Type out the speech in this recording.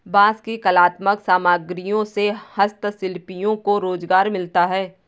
बाँस की कलात्मक सामग्रियों से हस्तशिल्पियों को रोजगार मिलता है